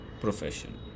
profession